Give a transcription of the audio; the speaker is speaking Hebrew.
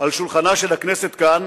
על שולחנה של הכנסת כאן